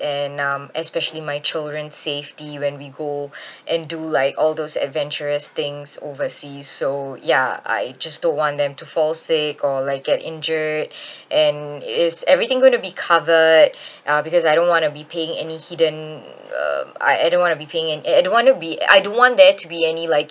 and um especially my children's safety when we go and do like all those adventurous things overseas so ya I just don't want them to fall sick or like get injured and is everything's going to be covered uh because I don't want to be paying any hidden um I I don't want to be paying an~ I don't want to be I don't want there to be any like